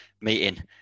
meeting